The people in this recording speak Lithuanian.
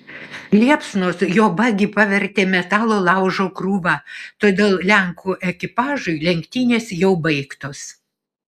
liepsnos jo bagį pavertė metalo laužo krūva todėl lenkų ekipažui lenktynės jau baigtos